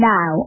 Now